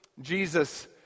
Jesus